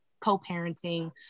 co-parenting